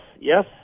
yes